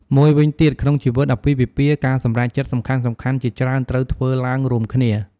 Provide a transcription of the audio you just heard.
មួយវិញទៀត ក្នុងជីវិតអាពាហ៍ពិពាហ៍ ការសម្រេចចិត្តសំខាន់ៗជាច្រើនត្រូវធ្វើឡើងរួមគ្នា។